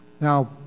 Now